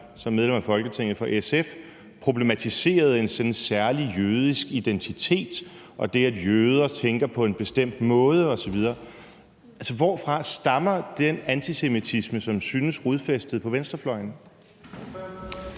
som medlem af Folketinget for SF problematiserede en sådan særlig jødisk identitet og det, at jøder tænker på en bestemt måde osv. Altså, hvorfra stammer den antisemitisme, som synes rodfæstet på venstrefløjen?